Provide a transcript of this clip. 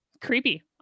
creepy